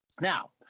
Now